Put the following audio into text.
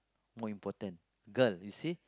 more important girl you see